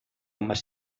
más